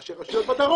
ראשי רשויות בדרום,